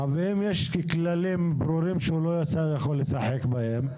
אבל אם יש כללים ברורים שהוא לא יכול לשחק בהם?